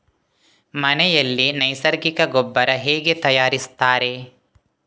ಮನೆಯಲ್ಲಿ ನೈಸರ್ಗಿಕ ಗೊಬ್ಬರ ಹೇಗೆ ತಯಾರಿಸುತ್ತಾರೆ?